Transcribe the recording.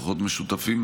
בכוחות משותפים,